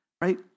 Right